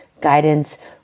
guidance